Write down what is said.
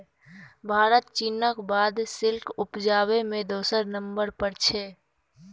भारत चीनक बाद सिल्क उपजाबै मे दोसर नंबर पर छै